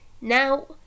Now